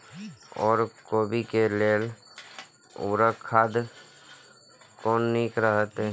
ओर कोबी के लेल उर्वरक खाद कोन नीक रहैत?